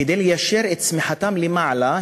כדי ליישר את צמיחתם למעלה,